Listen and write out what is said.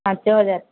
ପାଞ୍ଚ ହଜାର